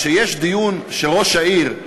כשיש דיון שראש העיר,